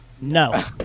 No